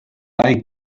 like